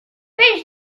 peix